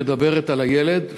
מדברת על הילד,